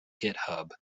github